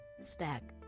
SPEC